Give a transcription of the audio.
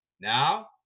Now